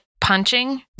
punching